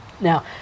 Now